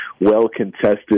well-contested